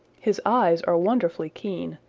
his eyes are wonderfully keen,